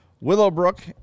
Willowbrook